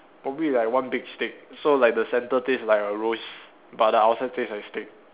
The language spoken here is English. probably like one big stick so like the center taste like a rose but the outside taste like stick